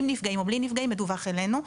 עם נפגעים או בלי נפגעים מדווח אלינו.